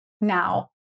now